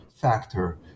factor